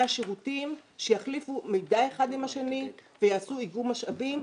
השירותים שיחליפו מידע אחד עם השני ויעשו איגום משאבים,